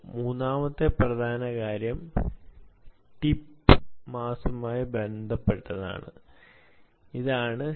മൂന്നാമത്തെ പ്രധാന കാര്യം ടിപ്പ് മാസുമായി ബന്ധപ്പെട്ടതാണ് ഇതാണ് c